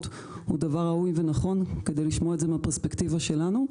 הוא דבר ראוי ונכון כדי לשמוע את זה מהפרספקטיבה שלנו,